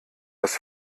das